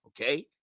okay